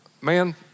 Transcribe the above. Man